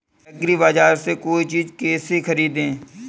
एग्रीबाजार से कोई चीज केसे खरीदें?